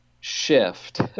shift